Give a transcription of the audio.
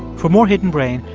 for more hidden brain,